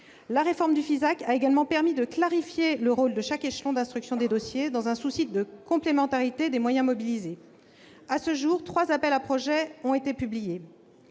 La réforme du FISAC a également permis de clarifier le rôle de chaque échelon d'instruction des dossiers, dans un souci de complémentarité des moyens mobilisés. À ce jour, trois appels à projets ont été publiés.